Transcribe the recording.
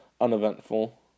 uneventful